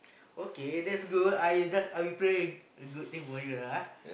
okay that's good I'll just I will pray a good thing for you lah ah